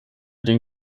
den